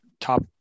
top